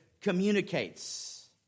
communicates